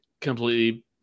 completely